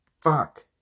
Fuck